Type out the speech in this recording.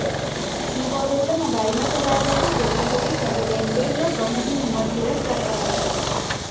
ई wallet ल mobile म चलाए जाथे जेकर सेती सबो लेन देन ल कहूँ भी घुमत फिरत कर सकत हस